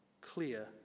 clear